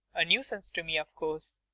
a nuisance to me, of course.